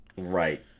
right